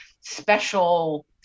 special